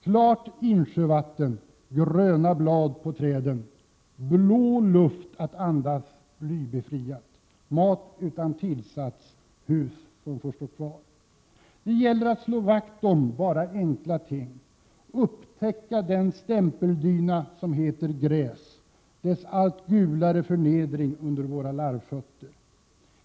Klart insjövatten, gröna blad på träden, blå luft att andas blybefriat, mat utan tillsats, hus som får stå kvar. Det gäller att slå vakt om bara enkla ting. Upptäcka den stämpeldyna som heter gräs, dess allt gulare förnedring under våra larvfötter.